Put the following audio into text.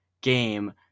game